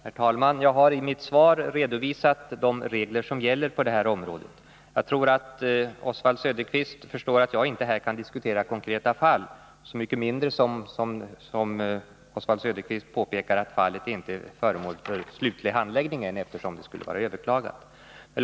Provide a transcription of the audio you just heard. Herr talman! Jag har i mitt svar redovisat de regler som gäller på detta område. Jag tror att Oswald Söderqvist förstår att jag inte kan diskutera konkreta fall — så mycket mindre som det här fallet, som Oswald Söderqvist påpekar, ännu inte har blivit föremål för slutlig handläggning. eftersom beslutet skall överklagas.